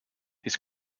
his